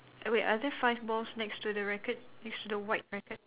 oh wait are there five balls next to the racket it's the white racket